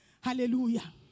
Hallelujah